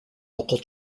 local